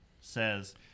says